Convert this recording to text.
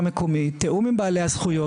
שגורם פרטי לכאורה מפעיל תשתית למטרות ציבוריות